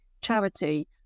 charity